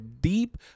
deep